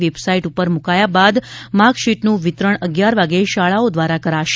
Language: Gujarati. વેબસાઇટ ઉપર મુકાયા બાદ માર્ગશીટનું વિતરણ અગિયાર વાગ્યે શાળાઓ દ્વારા કરાશે